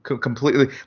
completely